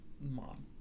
mom